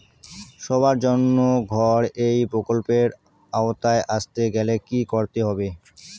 সবার জন্য ঘর এই প্রকল্পের আওতায় আসতে গেলে কি করতে হবে?